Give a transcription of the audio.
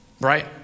Right